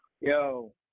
yo